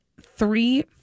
Three